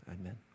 Amen